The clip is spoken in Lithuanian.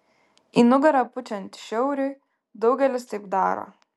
į nugarą pučiant šiauriui daugelis taip daro